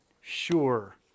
sure